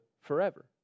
forever